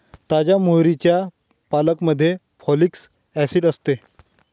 ताज्या मोहरीच्या पाल्यामध्ये फॉलिक ऍसिड असते